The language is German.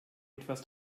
etwas